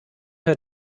her